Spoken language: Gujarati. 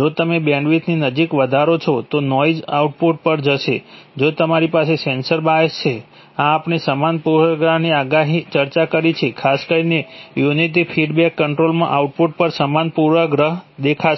જો તમે બેન્ડવિડ્થની નજીક વધારો છો તો નોઇઝ આઉટપુટ પર જશે જો તમારી પાસે સેન્સર બાયસ છે આ આપણે સમાન પૂર્વગ્રહની ચર્ચા કરી છે ખાસ કરીને યુનિટી ફીડબેક કન્ટ્રોલમાં આઉટપુટ પર સમાન પૂર્વગ્રહ દેખાશે